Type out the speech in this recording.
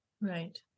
Right